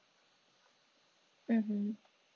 mmhmm